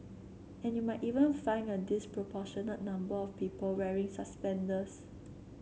and you might even find a disproportionate number of people wearing suspenders